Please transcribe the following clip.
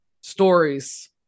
stories